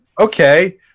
okay